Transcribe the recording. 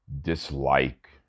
dislike